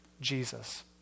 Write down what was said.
Jesus